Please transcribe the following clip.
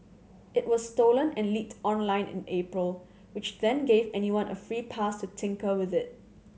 it was stolen and leaked online in April which then gave anyone a free pass to tinker with it